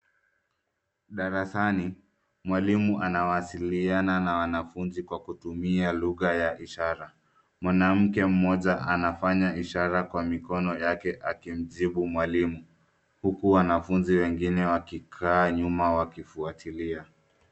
Darasani mwalimu anawasiliana na wanafunzi kwa kutumia lugha ya ishara, mwanamke mmoja anafanya ishara kwa mikono yake akimjibu mwalimu huku wanafunzi wengine wakikaa nyuma wakifuatilia.